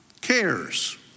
cares